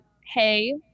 hey